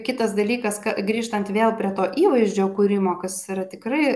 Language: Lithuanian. kitas dalykas ka grįžtant vėl prie to įvaizdžio kūrimo kas yra tikrai